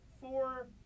four